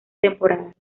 temporada